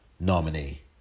nominee